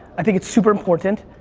i think it's super important.